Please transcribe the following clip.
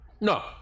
No